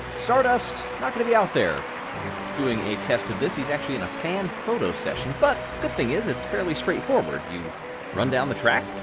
stardust, not going to be out there doing a test of this he's actually in a fan photo session. but good thing is, it's fairly straightforward. you run down the track,